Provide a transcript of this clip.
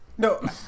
No